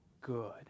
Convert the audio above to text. good